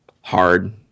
hard